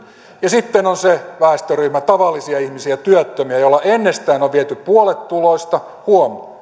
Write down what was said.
ja sitten on se väestöryhmä tavallisia ihmisiä työttömiä joilta ennestään on viety puolet tuloista huom